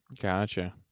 Gotcha